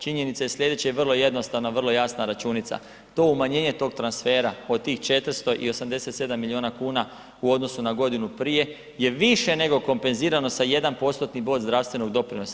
Činjenica je sljedeća i vrlo jednostavna i vrlo jasna računica, to umanjenje tog transfera od tih 487 milijuna kuna u odnosu na godinu prije je više nego kompenzirano sa 1%-tni bod zdravstvenog doprinosa.